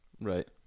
right